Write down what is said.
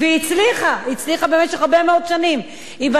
והיא הצליחה, היא הצליחה במשך הרבה מאוד שנים.